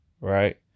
right